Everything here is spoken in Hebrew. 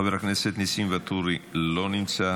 חבר הכנסת ניסים ואטורי, אינו נוכח.